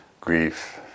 grief